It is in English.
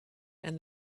and